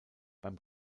beim